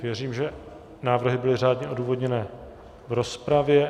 Věřím, že návrhy byly řádně odůvodněné v rozpravě.